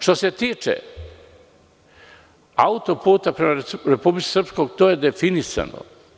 Što se tiče autoputa prema Republici Srpskoj, to je definisano.